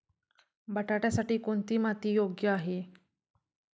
बटाट्यासाठी कोणती माती योग्य आहे?